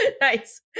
Nice